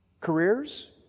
careers